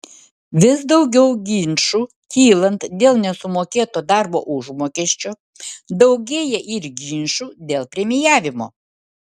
vis daugiau ginčų kylant dėl nesumokėto darbo užmokesčio daugėja ir ginčų dėl premijavimo